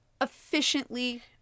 efficiently